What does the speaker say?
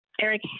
Eric